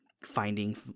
finding